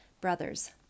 Brothers